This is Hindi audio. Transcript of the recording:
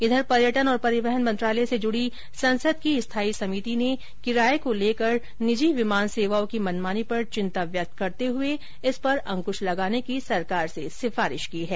इधर पर्यटन और परिवहन मंत्रालय से जुडी संसद की स्थायी समिति ने किराये को लेकर निजी विमान सेवाओं की मनमानी पर चिंता व्यक्त करते हुए इस पर अंकृश लगाने की सरकार से सिफारिश की है